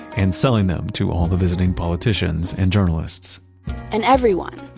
and selling them to all the visiting politicians and journalists and everyone,